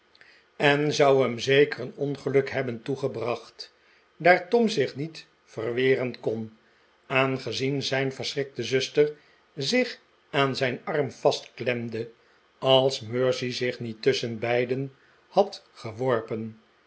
en zou hem zeker een ongeluk hebben toegebracht daar tom zich niet verweren kon aangezien zijn verschrikte zuster zich aan zijn arm vastklemde als mercy zich niet tusschen beiden had geworpen